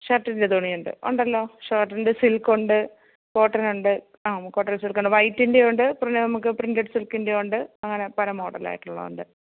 ഷർട്ടിൻ്റെ തുണിയുണ്ട് ഉണ്ടല്ലോ ഷേർട്ടിൻ്റെ സിൽക്കുണ്ട് കോട്ടനുണ്ട് ആ കോട്ടൻ സിൽക്കുണ്ട് വൈറ്റിൻ്റെയുണ്ട് പിന്നെ നമുക്ക് പ്രിന്റഡ് സിൽക്കിൻ്റെയുണ്ട് അങ്ങനെ പല മോഡലായിട്ടുള്ളതുണ്ട്